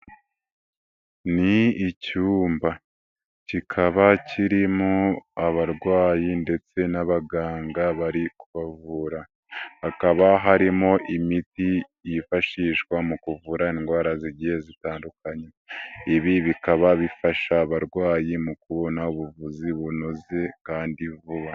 Ni icyumba kikaba kirimo abarwayi ndetse n'abaganga bari kubavura, hakaba harimo imiti yifashishwa mu kuvura indwara zigiye zitandukanye, ibi bikaba bifasha abarwayi mu kubona ubuvuzi bunoze kandi vuba.